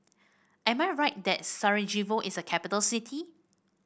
am I right that Sarajevo is a capital city